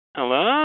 Hello